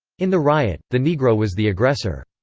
in the riot, the negro was the aggressor.